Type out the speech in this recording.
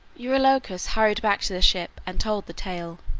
eurylochus hurried back to the ship and told the tale.